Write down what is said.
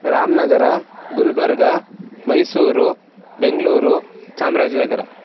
Ramanagar Gulbarga Mysuru Bengaluru Chamrajnagar